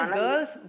girls